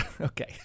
okay